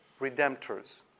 redemptors